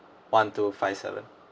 one two five seven